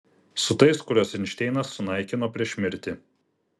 su tais kuriuos einšteinas sunaikino prieš mirtį